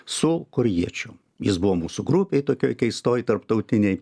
su korėjiečiu jis buvo mūsų grupėj tokioj keistoj tarptautinėj